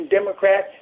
Democrat